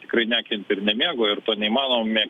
tikrai nekentė ir nemėgo ir neįmanomi